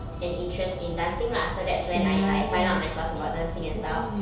an interest in dancing lah so that's when I like find out myself about dancing and stuff